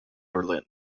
berlin